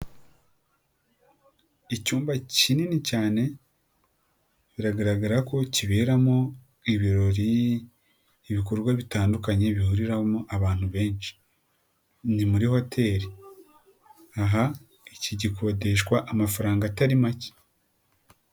Icyumba kinini cyane, biragaragara ko kiberamo ibirori, ibikorwa bitandukanye bihuriramo abantu benshi, ni muri hotel, aha iki gikodeshwa amafaranga atari make.